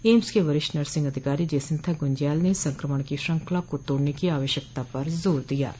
AIIMS के वरिष्ठ nursing अधिकारी जेसिन्ता गुंज्याल ने संक्रमण की श्रृंखला को तोड़ने की आवश्यकता पर जोर दिया है